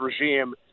regime